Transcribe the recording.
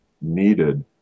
needed